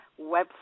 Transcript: website